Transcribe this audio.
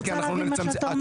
אני צריכה להבין מה שאתה אומר.